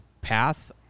path